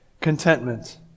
contentment